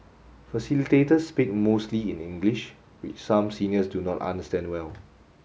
facilitators speak mostly in English which some seniors do not understand well